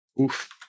Oof